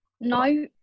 No